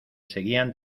seguían